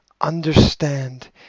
Understand